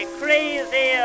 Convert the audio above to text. crazy